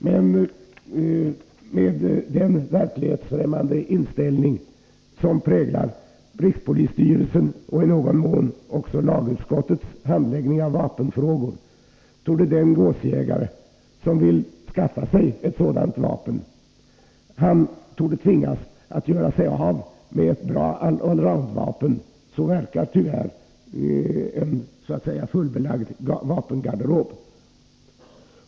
Men med den verklighetsfrämmande inställning som präglar rikspolisstyrelsens och i någon mån också lagutskottets handläggning av vapenfrågor torde den gåsjägare som vill skaffa sig ett sådant vapen tvingas göra sig av med ett annat bra allroundvapen — så verkar tyvärr en ”fullbelagd” vapengarderob.